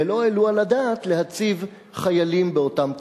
ולא העלו על הדעת להציב חיילים באותם תפקידים.